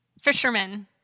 fishermen